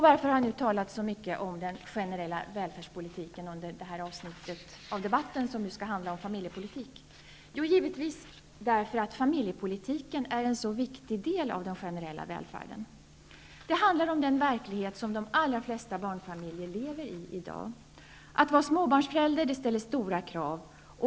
Varför har jag nu talat så mycket om den generella välfärdspolitiken under detta avsnitt av debatten, som ju skall handla om familjepolitik? Jo, givetvis därför att familjepolitiken är en så viktig del av den generella välfärden. Det handlar om den verklighet som de allra flesta barnfamiljer i dag lever i. Att vara småbarnsförälder ställer stora krav.